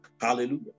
Hallelujah